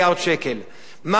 מה אנו מלינים היום,